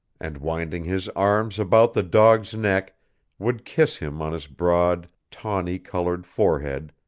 and winding his arms about the dog's neck would kiss him on his broad, tawney-colored forehead,